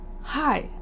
Hi